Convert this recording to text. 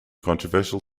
controversial